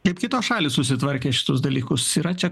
kaip kitos šalys susitvarkė šitus dalykus yra čia